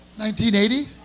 1980